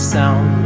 sound